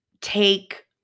take